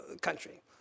country